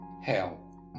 Hell